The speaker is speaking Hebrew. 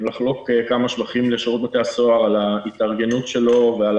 לחלוק כמה שבחים לשירות בתי הסוהר על ההתארגנות שלו ועל